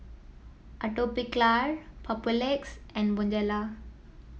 Atopiclair Papulex and Bonjela